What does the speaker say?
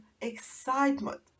excitement